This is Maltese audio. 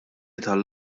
tal